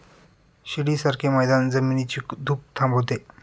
शिडीसारखे मैदान जमिनीची धूप थांबवते